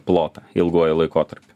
plotą ilguoju laikotarpiu